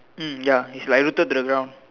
mm ya it's like rooted to the ground